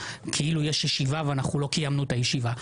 כאילו יש ישיבה ואנחנו לא קיימנו את הישיבה.